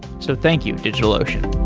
so thank you, digitalocean